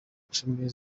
cumi